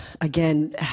again